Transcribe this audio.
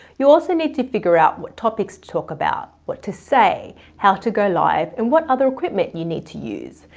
you also need to figure out what topics to talk about, what to say, how to go live, and what other equipment you need to use.